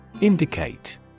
Indicate